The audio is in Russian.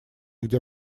где